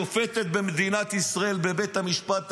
שופטת במדינת ישראל בבית המשפט העליון,